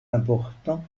important